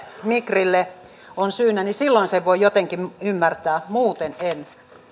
migrille ovat syynä niin silloin sen voin jotenkin ymmärtää muuten en